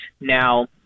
Now